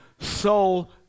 soul